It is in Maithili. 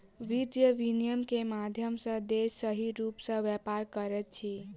वित्तीय विनियम के माध्यम सॅ देश सही रूप सॅ व्यापार करैत अछि